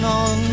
on